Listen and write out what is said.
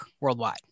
worldwide